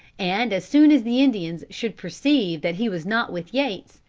and as soon as the indians should perceive that he was not with yates,